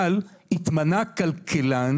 אבל, התמנה כלכלן